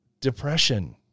depression